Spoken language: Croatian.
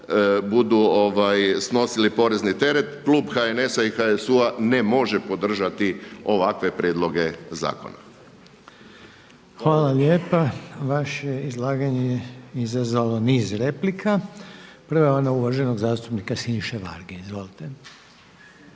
budu snosili porezni teret. Klub HNS-a i HSU-a ne može podržati ovakve prijedloge zakona. **Reiner, Željko (HDZ)** Hvala lijepa. Vaše izlaganje je izazvalo niz replika. Prva je ona uvaženog zastupnika Siniše Varge. Izvolite.